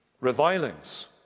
revilings